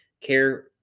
Care